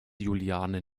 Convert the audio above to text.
juliane